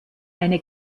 eine